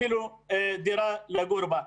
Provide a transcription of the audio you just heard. אפילו דירה לגור בה?